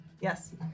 Yes